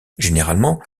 généralement